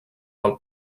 del